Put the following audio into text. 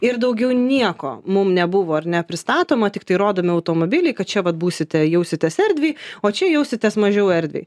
ir daugiau nieko mum nebuvo ar ne pristatoma tiktai rodomi automobiliai kad čia vat būsite jausitės erdviai o čia jausitės mažiau erdviai